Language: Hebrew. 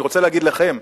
אני רוצה להגיד לכם,